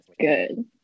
good